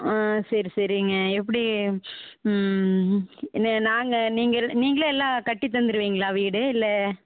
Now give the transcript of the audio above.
சரி சரிங்க எப்படி என்ன நாங்கள் நீங்கள் நீங்களே எல்லாம் கட்டி தந்துடுவீங்களா வீடு இல்லை